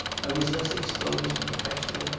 i was thus exposed to perpetual,